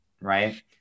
right